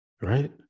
Right